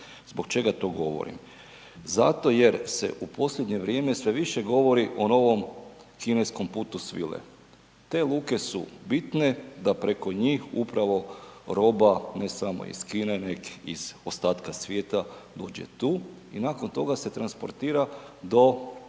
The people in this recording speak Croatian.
Zbog čega to govorim? Zato jer se u posljednje vrijeme sve više govori o novom kineskom putu svile. Te luke su bitne da preko njih upravo roba, ne samo iz Kine neg i iz ostatka svijeta dođe tu i nakon toga se transportira do recimo